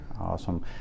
Awesome